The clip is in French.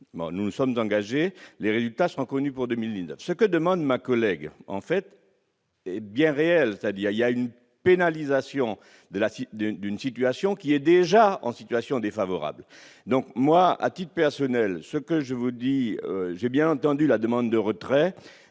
2019 nous sommes d'engager les résultats sont connus pour 2009 ce que demande ma collègue en fait. Eh bien réel stade il y a une pénalisation de la d'une d'une situation qui est déjà en situation défavorable, donc moi à titre personnel, ce que je vous dis, j'ai bien entendu la demande de retrait